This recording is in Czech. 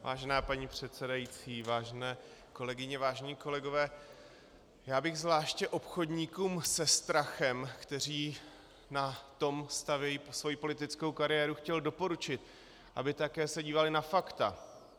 Vážená paní předsedající, vážené kolegyně, vážení kolegové, já bych zvláště obchodníkům se strachem, kteří na tom stavějí svoji politickou kariéru, chtěl doporučit, aby také se dívali na fakta.